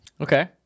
Okay